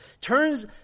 turns